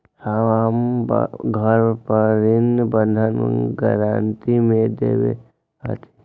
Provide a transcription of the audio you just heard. अपन घर हम ऋण बंधक गरान्टी में देले हती